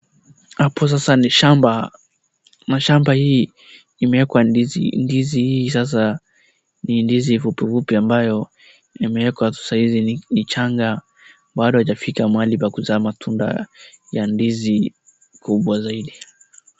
Hapo sasa ni shamba, mashamba hii imewekwa ndizi. Ndizi hii sasa ni ndizi fupifupi ambayo imewekwa tu saizi ni changa, bado haijafika mahali ya kuzaa matunda ya ndizi kubwa zaidi.